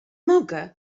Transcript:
mogę